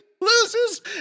loses